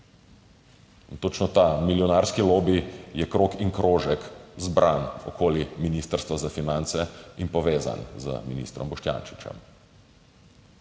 Točno ta milijonarski lobi je krog in krožek, zbran okoli Ministrstva za finance in povezan z ministrom Boštjančičem.